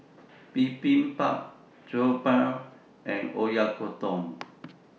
Bibimbap Jokbal and Oyakodon